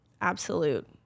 absolute